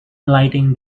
lighting